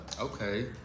Okay